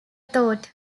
thought